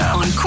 on